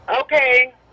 Okay